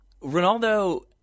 Ronaldo